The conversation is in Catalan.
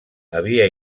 havia